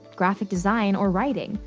graphic design or writing.